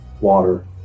water